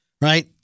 Right